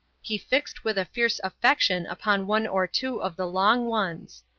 he fixed with a fierce affection upon one or two of the long ones.